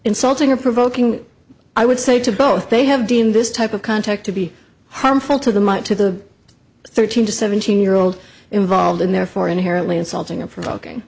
insulting or provoking i would say to both they have deemed this type of contact to be harmful to the mike to the thirteen to seventeen year old involved and therefore inherently insulting and provoking